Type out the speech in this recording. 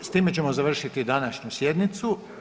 S time ćemo završiti današnju sjednicu.